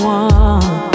one